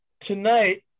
tonight